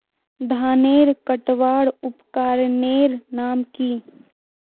धानेर कटवार उपकरनेर नाम की?